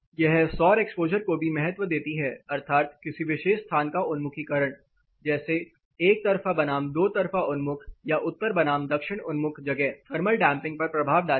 यह सौर एक्सपोज़र को भी महत्व देती है अर्थात किसी विशेष स्थान का उन्मुखीकरण जैसे एक तरफा बनाम दो तरफा उन्मुख या उत्तर बनाम दक्षिण उन्मुख जगह थर्मल डैंपिंग पर प्रभाव डालेगी